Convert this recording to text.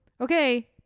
Okay